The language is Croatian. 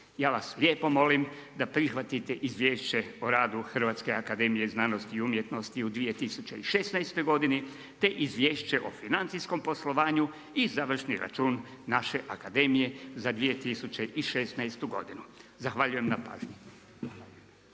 Ja vas lijepo molim da prihvatite Izvješće o radu Hrvatske akademije znanosti i umjetnosti u 2016. godini te Izvješće o financijskom poslovanju i Završni račun naše akademije za 2016. godinu. Zahvaljujem na pažnji.